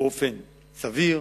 באופן סביר,